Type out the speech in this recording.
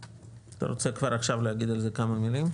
אתה רוצה כבר עכשיו להגיד על זה כמה מילים?